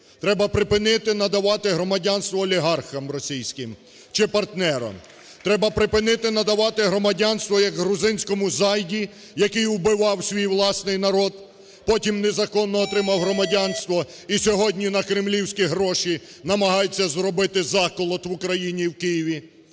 Треба припинити надавати громадянство олігархам російським чи партнерам. Треба припинити надавати громадянство, як грузинському зайді, який убивав свій власний народ, потім незаконно отримав громадянство і сьогодні на кремлівські гроші намагається зробити заколот в Україні і в Києві.